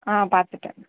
ஆ பார்த்துட்டேன்